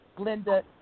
Linda